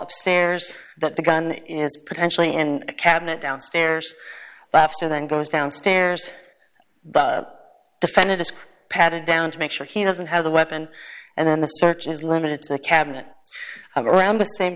upstairs that the gun is potentially in a cabinet downstairs but after that goes downstairs the defendant as patted down to make sure he doesn't have the weapon and then the search is limited to the cabinet around the same